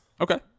Okay